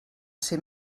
ser